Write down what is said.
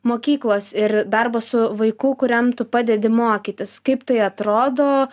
mokyklos ir darbo su vaiku kuriam tu padedi mokytis kaip tai atrodo